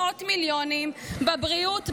מאות מיליונים בבריאות,